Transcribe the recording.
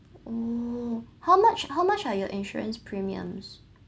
oo how much how much are your insurance premiums